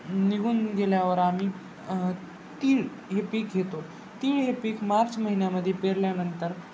निघून गेल्यावर आम्ही तीळ हे पीक घेतो तीळ हे पीक मार्च महिन्यामध्ये पेरल्यानंतर